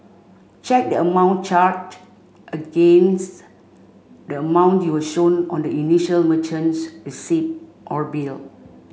check the amount charge against the amount you were shown on the initial merchant's receipt or bill